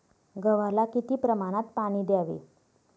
गव्हाला किती प्रमाणात पाणी द्यावे?